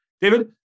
David